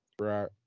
Right